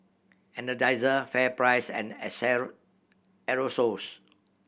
Energizer FairPrice and Aerosoles